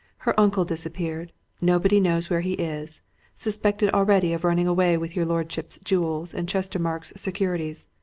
her uncle disappeared nobody knows where he is suspected already of running away with your lordship's jewels and chestermarke's securities.